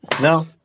No